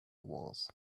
was